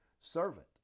servant